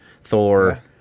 Thor